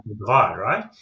Right